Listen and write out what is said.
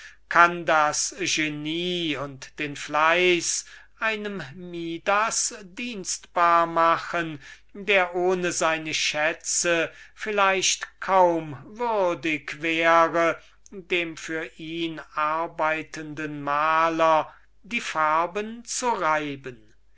kann den genie und den fleiß einem midas dienstbar machen der ohne seine schätze kaum so viel wert wäre dem maler der für ihn arbeitet die farben zu reiben